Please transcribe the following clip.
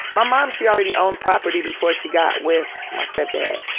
my mom, she already owned property before she got with my step-dad.